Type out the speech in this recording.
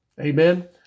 Amen